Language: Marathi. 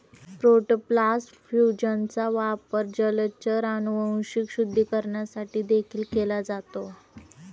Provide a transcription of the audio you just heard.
प्रोटोप्लास्ट फ्यूजनचा वापर जलचर अनुवांशिक शुद्धीकरणासाठी देखील केला जातो